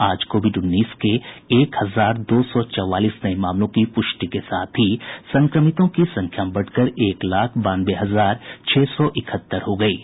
आज कोविड उन्नीस के एक हजार दो सौ चौवालीस नये मामलों की प्रष्टि के साथ ही संक्रमितों की संख्या बढ़कर एक लाख बानवे हजार छह सौ इकहत्तर हो गयी है